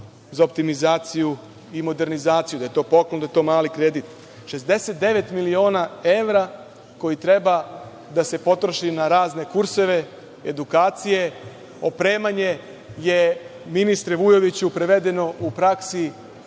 za optimizaciju i modernizaciju, da je to poklon, da je to mali kredit, 69 miliona evra koji treba da se potroši razne kurseve, edukacije, opremanje je, ministre Vujoviću, prevedeno u praksi